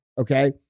Okay